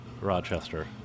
Rochester